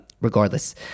regardless